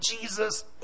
Jesus